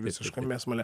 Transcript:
visiška mėsmalė